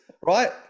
right